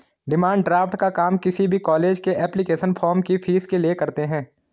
demand draft का काम किसी भी कॉलेज के एप्लीकेशन फॉर्म की फीस के लिए करते है